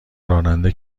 راننده